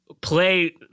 play